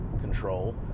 Control